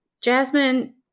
Jasmine